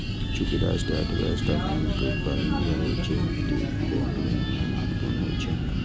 चूंकि राष्ट्रीय अर्थव्यवस्था बैंक पर निर्भर होइ छै, तें बैंक विनियमन महत्वपूर्ण होइ छै